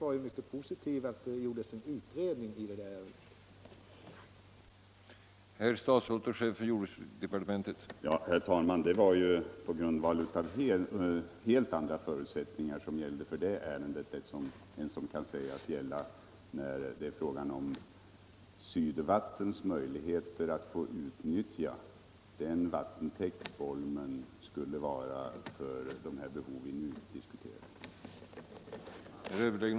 Statsrådet ställde sig dock mycket positiv till att det gjordes en utredning i det ärendet.